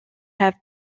had